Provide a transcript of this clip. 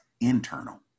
internal